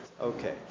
Okay